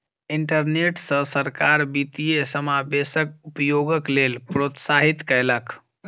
internet सॅ सरकार वित्तीय समावेशक उपयोगक लेल प्रोत्साहित कयलक